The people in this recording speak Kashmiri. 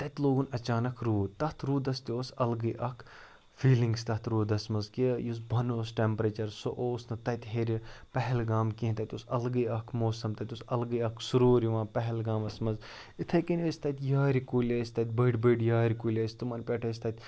تَتہِ لوگُن اَچانَک روٗد تَتھ روٗدَس تہِ اوس اَلگٕے اَکھ فیٖلِنٛگٕس تَتھ روٗدَس منٛز کہِ یُس بۄنہٕ اوس ٹٮ۪مپریچَر سُہ اوس نہٕ تَتہِ ہیٚرِ پہلگام کیٚنٛہہ تَتہِ اوس اَلگٕے اَکھ موسَم تَتہِ اوس اَلگٕے اَکھ سُروٗر یِوان پہلگامَس منٛز یِتھَے کَنۍ ٲسۍ تَتہِ یارِ کُلۍ ٲسۍ تَتہِ بٔڑۍ بٔڑۍ یارِ کُلۍ ٲسۍ تِمَن پٮ۪ٹھ ٲسۍ تَتہِ